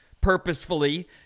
purposefully